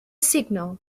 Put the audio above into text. signal